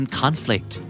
conflict